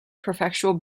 prefectural